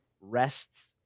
rests